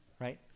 right